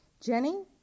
Jenny